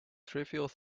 trivial